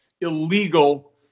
illegal